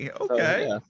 Okay